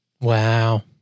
Wow